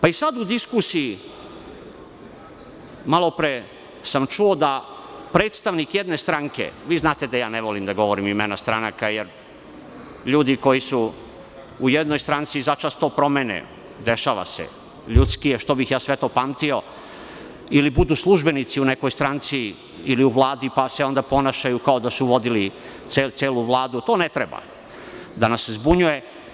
Pa i sada u diskusiji malopre sam čuo da predstavnik jedne stranke, vi znate da ne volim da govorim imena stranaka jer ljudi koji su u jednoj stranci začas to promene, dešava se, ljudski je, zašto bih sve to pamtio ili budu službenici u nekoj stranci ili u Vladi, pa se onda ponašaju kao da su vodili celu Vladu, to ne treba da nas zbunjuje.